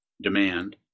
demand